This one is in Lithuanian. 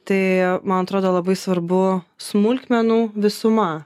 tai man atrodo labai svarbu smulkmenų visuma